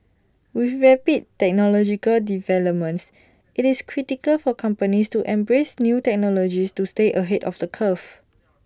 with rapid technological developments IT is critical for companies to embrace new technologies to stay ahead of the curve